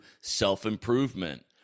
self-improvement